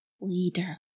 leader